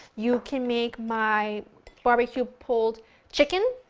you can make my barbecue pulled chicken.